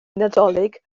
nadolig